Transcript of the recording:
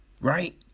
right